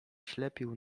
ślepił